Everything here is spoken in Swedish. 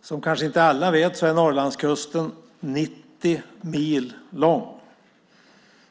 Som kanske inte alla vet är Norrlandskusten 90 mil lång.